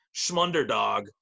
schmunderdog